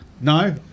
No